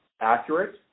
accurate